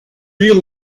real